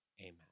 amen